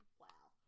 wow